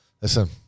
listen